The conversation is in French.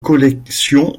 collection